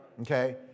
okay